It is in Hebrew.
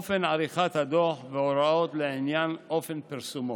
אופן עריכת הדוח והוראות לעניין אופן פרסומו.